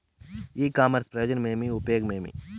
ఇ commerce ప్రయోజనం ఏమి? ఉపయోగం ఏమి?